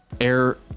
Air